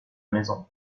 maison